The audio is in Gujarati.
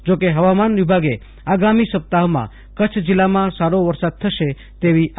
જોકે હવામાન વિભાગે આગામી સપ્તાહમાં કચ્છ જિલ્લામાં સારો વરસાદ થશે તેવી આગાહી કરી છે